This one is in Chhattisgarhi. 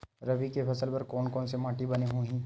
रबी के फसल बर कोन से माटी बने होही?